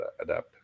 adapt